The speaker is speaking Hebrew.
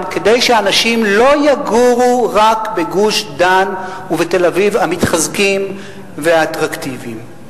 כדי שאנשים לא יגורו רק בגוש-דן ובתל-אביב המתחזקים והאטרקטיביים.